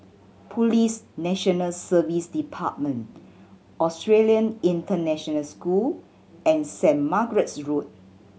Police National Service Department Australian International School and Saint Margaret's Road